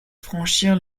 franchir